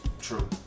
True